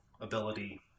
ability